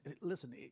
Listen